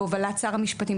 בהובלת שר המשפטים,